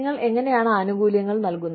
നിങ്ങൾ എങ്ങനെയാണ് ആനുകൂല്യങ്ങൾ നൽകുന്നത്